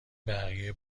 بقیه